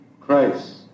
Christ